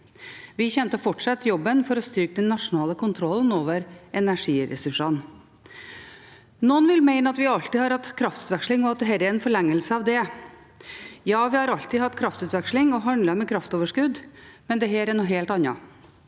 Vi kommer til å fortsette jobben for å styrke den nasjonale kontrollen over energiressursene. Noen vil mene at vi alltid har hatt kraftutveksling, og at dette er en forlengelse av det. Ja, vi har alltid hatt kraftutveksling og handlet med kraftoverskudd, men dette er noe helt annet.